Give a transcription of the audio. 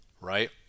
Right